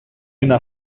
είναι